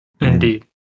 Indeed